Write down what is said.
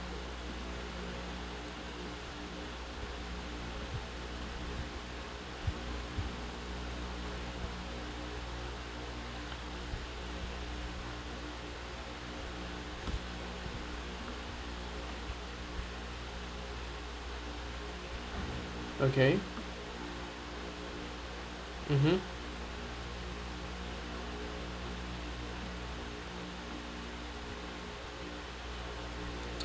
okay mmhmm